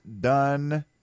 done